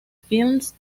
filmes